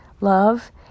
love